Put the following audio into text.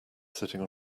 sitting